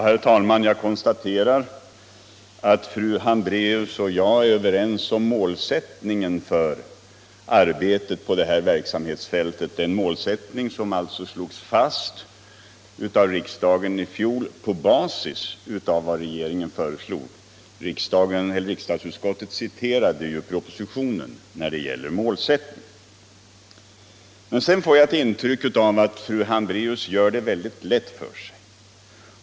Herr talman! Jag konstaterar att fru Hambraeus och jag är överens om målsättningen för arbetet på det här verksamhetsfältet, alltså den målsättning som slogs fast av riksdagen i fjol på basis av vad regeringen föreslagit. När det gäller målsättningen citerade ju riksdagsutskottet propositionen. Men sedan får jag ett intryck av att fru Hambraeus gör det mycket lätt för sig.